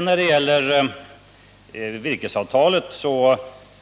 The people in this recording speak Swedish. När det gäller virkesavtalet